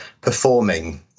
performing